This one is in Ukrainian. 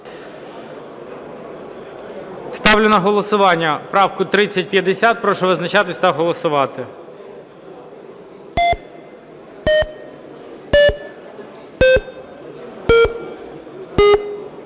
Ставлю на голосування правку 3050. Прошу визначатись та голосувати.